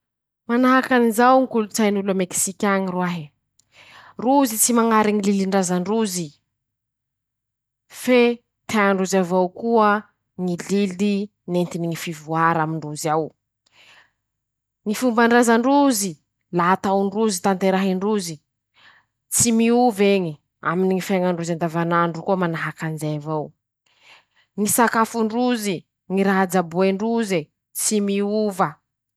Manahaky anizao ñy kolotsain'olo a meksiky añy roahe: -Rozy tsy mañary ñy lilin-drazan-drozy ,fe tean-drozy avao koa ñy lily nentiny ñy fivoara amindrozy ao; ñy fombandrazan-drozy ,la ataon-drozy ,tanterahin-drozy ,tsy miov'eñy ,aminy ñy fiaiñan-drozy andavanandro koa manahaky anizay avao ,ñy sakafondrozy ,ñy raha jaboen-droze ,tsy miova.